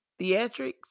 Theatrics